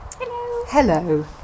Hello